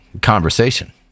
conversation